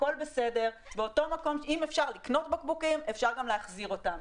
אם אפשר לקנות בקבוקים אפשר גם להחזיר אותם.